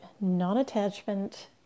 non-attachment